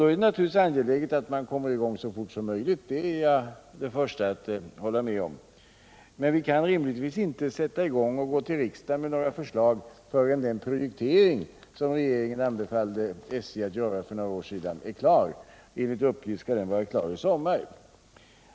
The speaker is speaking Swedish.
Då är det naturligtvis angeläget att man kommer i gång så fort som möjligt — det är jag den förste att hålla med om. Men vi kan rimligtvis inte gå till riksdagen med några förslag förrän den projektering som regeringen för några år sedan anbefallde SJ att göra är klar. Enligt uppgift skall den vara klar i sommar.